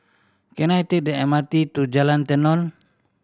can I take the M R T to Jalan Tenon